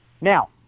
Now